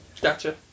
Gotcha